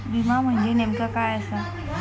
विमा म्हणजे नेमक्या काय आसा?